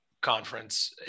conference